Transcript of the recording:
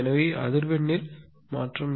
எனவே அதிர்வெண்ணில் மாற்றம்